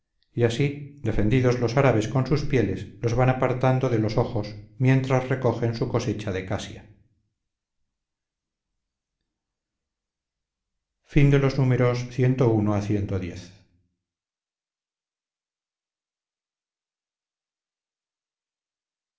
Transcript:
y así defendidos los árabes con sus pieles los van apartando de los ojos mientras recogen su cosecha de casia cxi